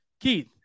Keith